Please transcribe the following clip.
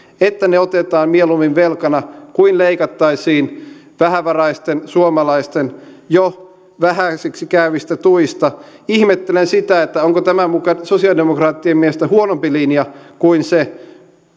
otetaan mieluummin velkana kuin leikattaisiin vähävaraisten suomalaisten jo vähäisiksi käyvistä tuista ihmettelen sitä onko tämä muka sosialidemokraattien mielestä huonompi linja kuin se